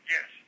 Yes